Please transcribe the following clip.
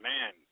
Man